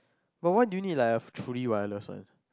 but why do you need like a truly wireless one